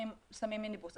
שמים מיניבוס,